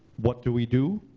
what do we do?